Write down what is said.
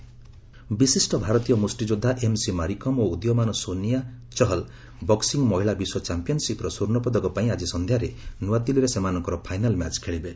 ବକ୍ନିଂ ବିଶିଷ୍ଟ ଭାରତୀୟ ମୁଷ୍ଟିଯୋଦ୍ଧା ଏମ୍ସି ମାରିକମ୍ ଓ ଉଦୀୟମାନ୍ ସୋନିଆ ଚହଲ ବକ୍କିଂ ମହିଳା ବିଶ୍ୱ ଚାମ୍ପିୟନସିପ୍ର ସ୍ୱର୍ଷପଦକ ପାଇଁ ଆଜି ସନ୍ଧ୍ୟାରେ ନୂଆଦିଲ୍ଲୀରେ ସେମାନଙ୍କର ଫାଇନାଲ ମ୍ୟାଚ୍ ଖେଳିବେ